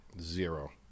Zero